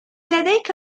لديك